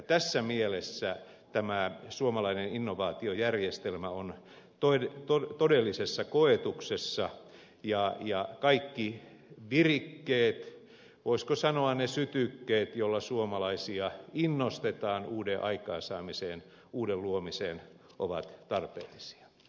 tässä mielessä suomalainen innovaatiojärjestelmä on todellisessa koetuksessa ja kaikki virikkeet voisiko sanoa ne sytykkeet joilla suomalaisia innostetaan uuden aikaansaamiseen uuden luomiseen ovat tarpeellisia